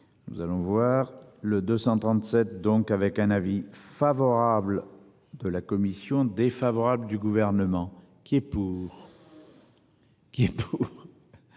Nous allons voir le 237 donc avec un avis favorable. De la commission défavorable du gouvernement. Qui est pour. Qui est pour.